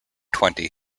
twenty